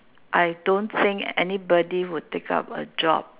I don't think anybody will take up a job